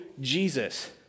Jesus